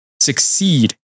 succeed